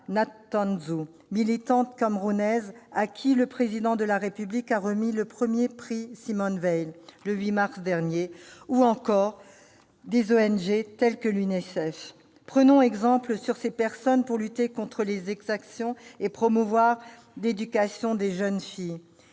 Ngatansou, militante camerounaise à qui le Président de la République a remis le premier prix Simone-Veil le 8 mars dernier, à des ONG ou encore à des organisations internationales telles que l'Unicef. Prenons exemple sur ces personnes pour lutter contre les exactions et promouvoir l'éducation des jeunes filles,